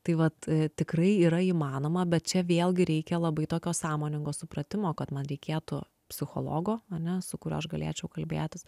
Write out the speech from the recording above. tai vat tikrai yra įmanoma bet čia vėlgi reikia labai tokio sąmoningo supratimo kad man reikėtų psichologo ane su kuriuo aš galėčiau kalbėtis